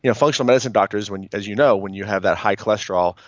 ah functional medicine doctors when, as you know, when you have that high cholesterol,